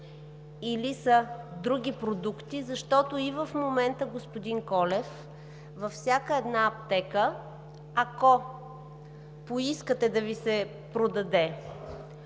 или са други продукти? Защото и в момента, господин Колев, във всяка една аптека, ако поискате да Ви се продаде